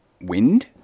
wind